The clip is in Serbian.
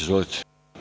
Izvolite.